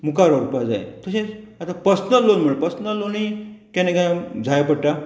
मुखार व्हरपाक जाय तशेंच आतां पर्सनल लॉन म्हण पर्सनल लॉनीय केन्ना केन्ना जाय पडटा